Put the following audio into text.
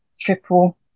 triple